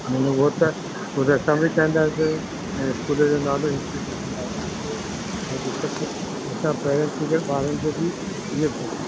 मुंहिंजो हूंअ त असां ई चाहींदासीं ऐं स्कूल जो नालो इंस्टीट्यूड जो नालो बि थिए असां पेरेंट्स थी करे ॿारनि खे बि इहो